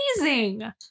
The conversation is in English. amazing